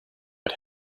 but